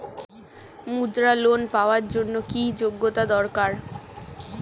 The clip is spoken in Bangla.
মুদ্রা লোন পাওয়ার জন্য কি যোগ্যতা দরকার?